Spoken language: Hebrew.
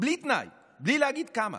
בלי תנאי, בלי להגיד כמה.